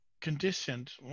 conditioned